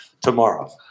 tomorrow